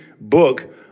book